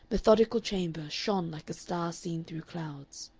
methodical chamber shone like a star seen through clouds.